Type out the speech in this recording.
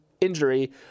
injury